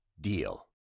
DEAL